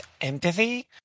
empathy